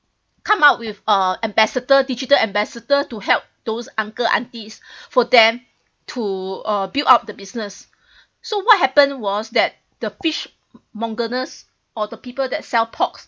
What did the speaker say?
come out with uh ambassador digital ambassador to help those uncle aunties for them to uh build up the business so what happen was that the fish mongers or the people that sell pork